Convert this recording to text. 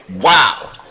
Wow